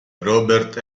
robert